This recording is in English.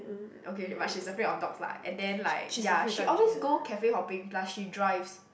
okay but she's afraid of dogs lah and then like ya she always go cafe hopping plus she drives